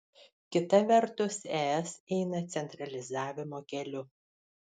kita vertus es eina centralizavimo keliu